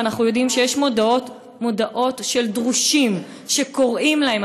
ואנחנו יודעים שיש מודעות של דרושים שבהן קוראים להם,